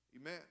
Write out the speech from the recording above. Amen